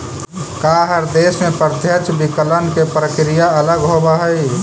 का हर देश में प्रत्यक्ष विकलन के प्रक्रिया अलग होवऽ हइ?